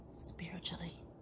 spiritually